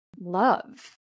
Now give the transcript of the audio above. love